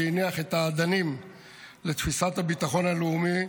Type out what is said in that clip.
שהניח את האדנים לתפיסת הביטחון הלאומי,